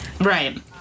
Right